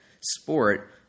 sport